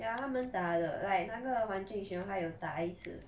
ya 他们打了 like 那个黄俊雄他有打一次